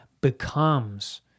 becomes